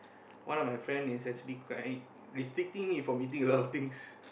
one of my friend is actually quite restricting me from eating quite a lot of things